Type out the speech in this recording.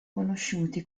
conosciuti